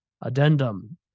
Addendum